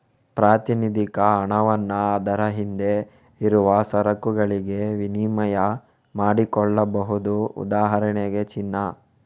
ಪ್ರಾತಿನಿಧಿಕ ಹಣವನ್ನ ಅದರ ಹಿಂದೆ ಇರುವ ಸರಕುಗಳಿಗೆ ವಿನಿಮಯ ಮಾಡಿಕೊಳ್ಬಹುದು ಉದಾಹರಣೆಗೆ ಚಿನ್ನ